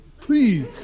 please